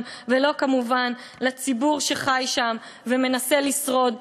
ולא כמובן לציבור שחי שם ומנסה לשרוד,